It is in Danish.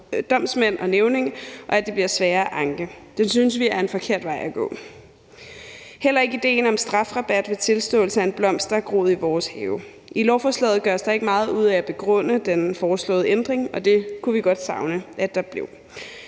domsmænd og nævninge, og at det bliver sværere at anke. Det synes vi er en forkert vej at gå. Heller ikke idéen om strafrabat ved tilståelse er en blomst, der er groet i vores have. I lovforslaget gøres der ikke meget ud af at begrunde den foreslåede ændring, og det kunne vi godt savne at der blev.